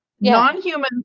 Non-human